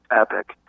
epic